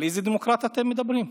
על איזו דמוקרטיה אתם מדברים?